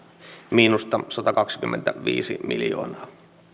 miinusta satakaksikymmentäviisi miljoonaa